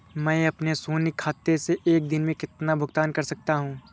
मैं अपने शून्य खाते से एक दिन में कितना भुगतान कर सकता हूँ?